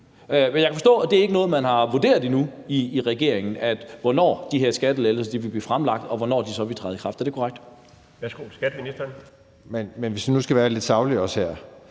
Men jeg kan forstå, at det ikke er noget, man har vurderet endnu i regeringen, altså hvornår de her skattelettelser vil blive fremlagt, og hvornår de så vil træde i kraft. Er det korrekt? Kl. 12:42 Den fg. formand (Bjarne Laustsen):